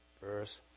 verse